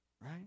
right